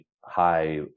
high